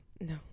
No